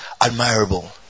admirable